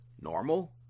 normal